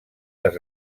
les